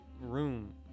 room